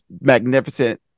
magnificent